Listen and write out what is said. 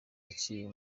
yaciye